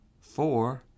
four